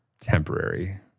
temporary